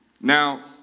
Now